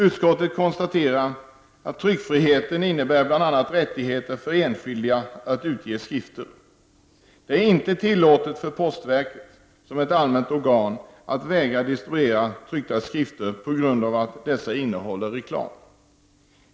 Utskottet konstaterar att tryckfriheten innebär bl.a. rättighet för enskilda att utge skrifter. Det är inte tillåtet för postverket, som är ett allmänt organ, att vägra distribuera tryckta skrifter på grund av att dessa innehåller reklam.